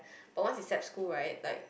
but once it's sap school right like